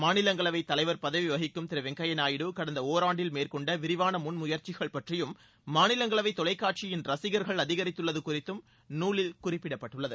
மாநிலங்களவை தலைவர் பதவி வகிக்கும் திரு வெங்கைாய நாயுடு கடந்த ஒராண்டில் மேற்கொண்ட விரிவான முன்முயற்சிகள் பற்றியும் மாநிலங்களவை தொலைக்காட்சியின் ரசிகர்கள் அதிகரித்துள்ளது குறித்தும் நூலில் குறிப்பிடப்பட்டுள்ளது